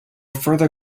further